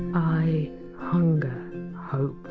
i hunger hope